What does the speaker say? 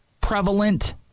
prevalent